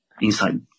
inside